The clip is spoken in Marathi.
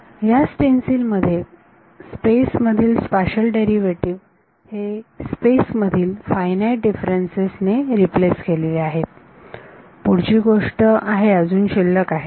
ह्या स्टेन्सिल मध्ये स्पेस मधील स्पाशल डेरिव्हेटिव्ह हे स्पेस मधील फायनाईट डिफरन्सेस ने रिप्लेस केलेले आहेत पुढची गोष्ट ही आहे अजून शिल्लक आहे